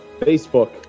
Facebook